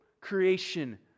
creation